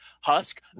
husk